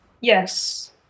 Yes